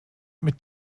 mit